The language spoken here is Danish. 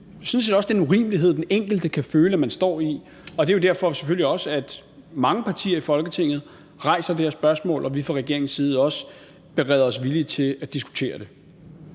og sådan set også den urimelighed, som den enkelte kan føle at vedkommende står i. Og det er selvfølgelig også derfor, at mange partier i Folketinget rejser det her spørgsmål, og at vi fra regeringens side også er villige til at diskutere det.